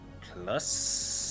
Plus